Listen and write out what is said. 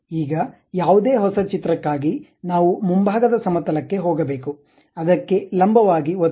ಈಗ ಯಾವುದೇ ಹೊಸ ಚಿತ್ರಕ್ಕಾಗಿ ನಾವು ಮುಂಭಾಗದ ಸಮತಲ ಕ್ಕೆ ಹೋಗಬೇಕು ಅದಕ್ಕೆ ಲಂಬವಾಗಿ ಒತ್ತಿ